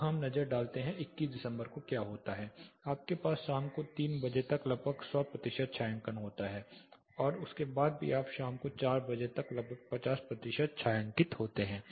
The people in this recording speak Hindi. अब एक नजर डालते हैं कि 21 दिसंबर को क्या होता है आपके पास शाम को 3 बजे तक लगभग 100 प्रतिशत छायांकन होता है उसके बाद भी आप शाम को 4 बजे तक लगभग 50 प्रतिशत छायांकित होते हैं